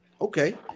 Okay